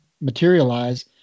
materialize